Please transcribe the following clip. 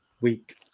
week